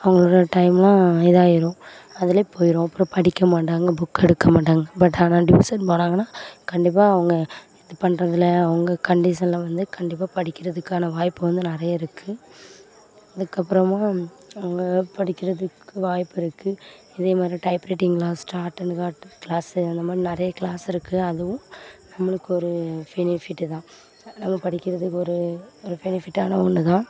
அவங்களோட டைமெலாம் இதாயிடும் அதிலேயே போய்டும் அப்புறம் படிக்க மாட்டாங்க புக் எடுக்க மாட்டாங்க பட் ஆனால் டியூசன் போனாங்கனால் கண்டிப்பாக அவங்க இது பண்ணுறதுல அவங்க கண்டிசனில் வந்து கண்டிப்பாக படிக்கிறதுக்கான வாய்ப்பு வந்து நிறைய இருக்குது அதுக்கப்புறம் அவங்க படிக்கிறதுக்கு வாய்ப்பு இருக்குது இதேமாதிரி டைப்ரைட்டிங் கிளாஸ் ஸ்டார்ட்அண்ட் கிளாஸு அந்தமாதிரி நிறைய கிளாஸ் இருக்குது அதுவும் நம்மளுக்கு ஒரு ஃபெனிஃபிட்டு தான் நம்ம படிக்கிறதுக்கு ஒரு ஒரு ஃபெனிஃபிட்டான ஒன்று தான்